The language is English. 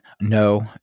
no